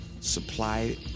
supply